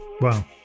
wow